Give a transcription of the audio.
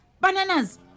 bananas